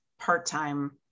part-time